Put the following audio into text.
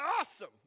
awesome